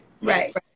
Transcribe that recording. Right